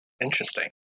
Interesting